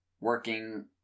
working